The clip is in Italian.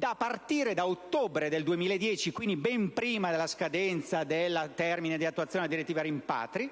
a partire da ottobre del 2010, quindi ben prima della scadenza del termine di attuazione della direttiva rimpatri,